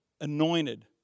anointed